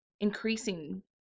increasing